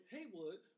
Haywood